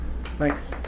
Thanks